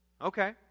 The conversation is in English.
Okay